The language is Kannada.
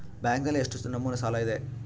ಬ್ಯಾಂಕಿನಲ್ಲಿ ಎಷ್ಟು ನಮೂನೆ ಸಾಲ ಇದೆ?